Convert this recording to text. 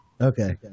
Okay